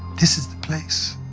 this is the place,